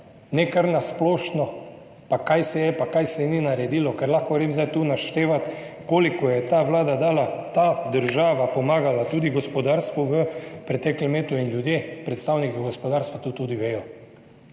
ne kar na splošno, torej kaj se je in kaj se ni naredilo, ker lahko grem zdaj tu naštevat, koliko je ta vlada dala, ta država pomagala tudi gospodarstvu v preteklem letu in ljudje, predstavniki gospodarstva, to tudi vedo.